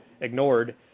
ignored